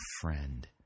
friend